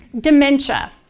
dementia